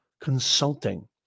consulting